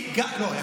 הן לא קשורות לכסף.